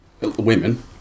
Women